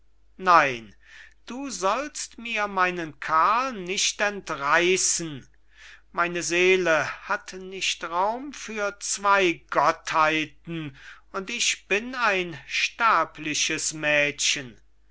nein du sollst mir meinen karl nicht entreissen meine seele hat nicht raum für zwey gottheiten und ich bin ein sterbliches mädchen